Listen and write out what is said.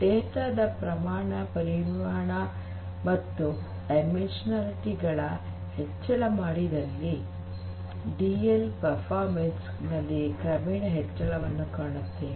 data ದ ಪ್ರಮಾಣ ಪರಿಮಾಣ ಮತ್ತು ಡೈಮೆಂಷನಾಲಿಟಿ ಹೆಚ್ಚಳ ಮಾಡಿದಾಗ ಡಿಎಲ್ ನ ಪರ್ಫಾರ್ಮೆನ್ಸ್ ನಲ್ಲಿ ಕ್ರಮೇಣ ಹೆಚ್ಚಳವನ್ನು ಕಾಣುತ್ತೇವೆ